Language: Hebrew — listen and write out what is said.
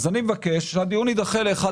אז אני מבקש שהדיון יידחה ליום ה-1